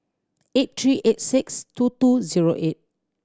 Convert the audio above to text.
eight three eight six two two zero eight